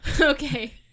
okay